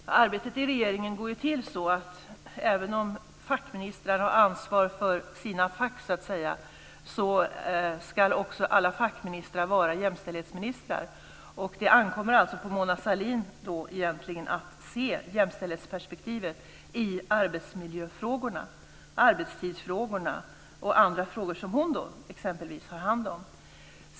Fru talman! Arbetet i regeringen är ju så upplagt så att även om fackministrar har ansvar för sina områden, ska alla fackministrar också vara jämställdhetsministrar. Det ankommer t.ex. egentligen på Mona Sahlin att bevaka jämställdhetsperspektivet i frågor om arbetsmiljö, arbetstider och andra frågor som hon har hand om.